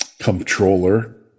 Controller